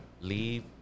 leave